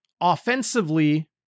offensively